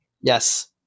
Yes